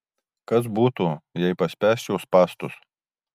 kas būtų jei paspęsčiau spąstus